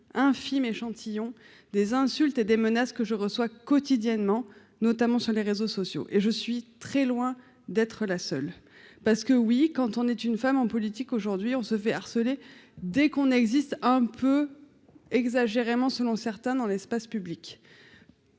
infime échantillon des insultes et des menaces que je reçois quotidiennement, notamment sur les réseaux sociaux et je suis très loin d'être la seule parce que oui, quand on est une femme en politique aujourd'hui, on se fait harceler dès qu'on existe un peu exagérément, selon certains, dans l'espace public